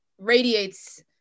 radiates